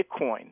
Bitcoin